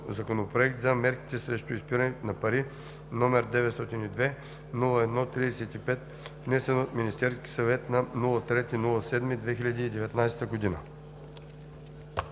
Законопроект за мерките срещу изпирането на пари, № 902-01-35, внесен от Министерския съвет на 3 юли 2019 г.“